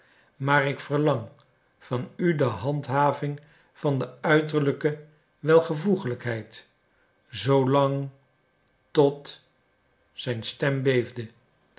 maar ik verlang van u de handhaving van de uiterlijke welvoegelijkheid zoolang tot zijn stem